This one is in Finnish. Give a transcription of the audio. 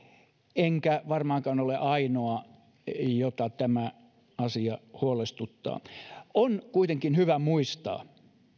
enkä varmaankaan ole ainoa jota tämä asia huolestuttaa on kuitenkin hyvä muistaa